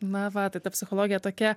na va tai ta psichologija tokia